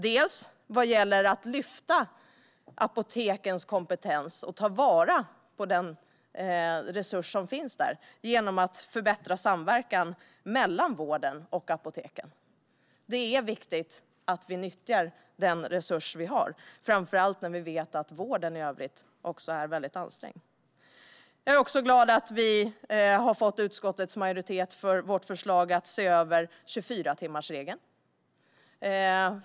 Det gäller att lyfta apotekens kompetens och ta vara på den resurs som finns där genom att förbättra samverkan mellan vården och apoteken. Det är viktigt att vi nyttjar den resurs vi har, framför allt när vi vet att vården i övrigt är väldigt ansträngd. Jag är också glad att vi har fått utskottets majoritet för vårt förslag att se över 24-timmarsregeln.